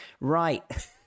right